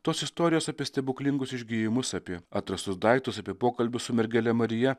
tos istorijos apie stebuklingus išgijimus apie atrastus daiktus apie pokalbius su mergele marija